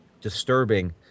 disturbing